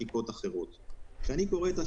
רגע, אני רוצה להסביר --- אמרתי תודה.